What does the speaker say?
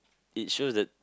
it shows that